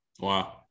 Wow